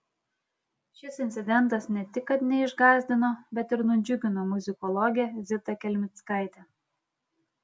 šis incidentas ne tik kad neišgąsdino bet ir nudžiugino muzikologę zitą kelmickaitę